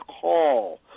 call